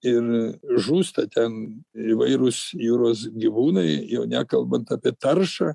ir žūsta ten įvairūs jūros gyvūnai jau nekalbant apie taršą